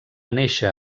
néixer